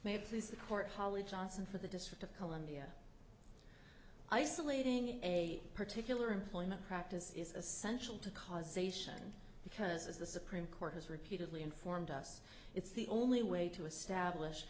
court holly johnson for the district of columbia isolating a particular employment practice is essential to causation because as the supreme court has repeatedly informed us it's the only way to establish